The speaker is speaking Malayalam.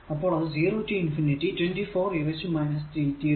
അപ്പോൾ അത് 0 റ്റു ഇൻഫിനിറ്റി 24 e tdt ആണ്